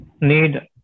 need